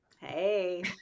Hey